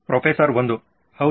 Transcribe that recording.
professor 1 ಹೌದು